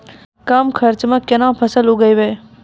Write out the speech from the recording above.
कम खर्चा म केना फसल उगैबै?